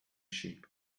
shape